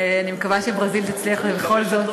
אני מקווה שברזיל תצליח בכל זאת.